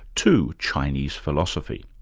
to chinese philosophy?